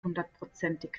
hundertprozentig